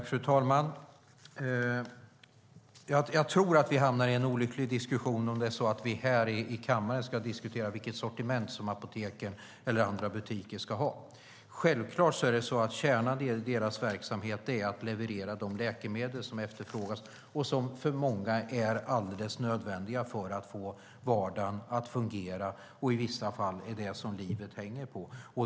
Fru talman! Jag tror att vi hamnar i en olycklig diskussion om vi i kammaren ska diskutera vilket sortiment som apoteken eller andra butiker ska ha. Självklart är kärnan i apotekens verksamhet att leverera de läkemedel som efterfrågas och som för många är nödvändiga för att få vardagen att fungera och som i vissa fall livet hänger på.